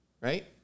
right